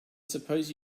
suppose